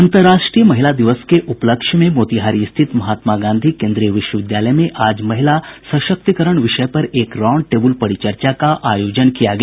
अंतर्राष्ट्रीय महिला दिवस के उपलक्ष्य में मोतिहारी स्थित महात्मा गांधी केन्द्रीय विश्वविद्यालय में आज महिला सशक्तीकरण विषय पर एक राउंड टेबल परिचर्चा का आयोजन किया गया